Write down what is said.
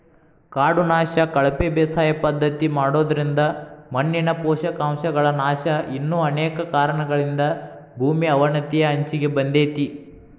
ಕಾಡು ನಾಶ, ಕಳಪೆ ಬೇಸಾಯ ಪದ್ಧತಿ ಮಾಡೋದ್ರಿಂದ ಮಣ್ಣಿನ ಪೋಷಕಾಂಶಗಳ ನಾಶ ಇನ್ನು ಅನೇಕ ಕಾರಣಗಳಿಂದ ಭೂಮಿ ಅವನತಿಯ ಅಂಚಿಗೆ ಬಂದೇತಿ